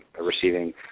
receiving